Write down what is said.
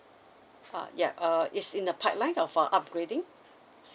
uh ya uh it's in the pipeline of uh upgrading